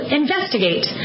investigate